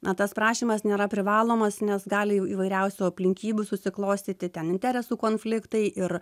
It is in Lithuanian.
na tas prašymas nėra privalomas nes gali jau įvairiausių aplinkybių susiklostyti ten interesų konfliktai ir